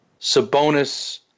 Sabonis